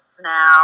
now